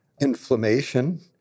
Inflammation